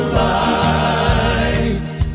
lights